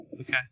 Okay